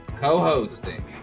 co-hosting